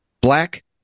black